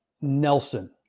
nelson